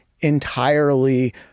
entirely